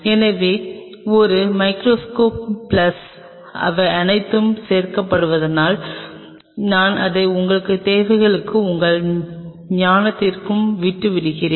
எனவே ஒரு microscope plus இவை அனைத்தும் சேர்க்கப்படுவதால் நான் அதை உங்கள் தேவைகளுக்கும் உங்கள் ஞானத்திற்கும் விட்டுவிடுவேன்